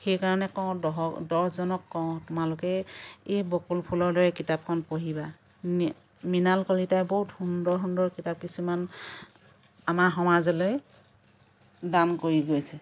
সেইকাৰণে কওঁ দহৰ দহজনক কওঁ তোমালোকে এই বকুল ফুলৰ দৰে কিতাপখন পঢ়িবা মৃণাল কলিতাই বহুত সুন্দৰ সুন্দৰ কিতাপ কিছুমান আমাৰ সমাজলৈ দান কৰি গৈছে